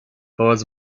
pałac